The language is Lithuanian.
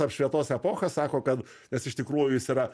apšvietos epocha sako kad nes iš tikrųjų jis yra